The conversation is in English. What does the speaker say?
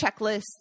checklists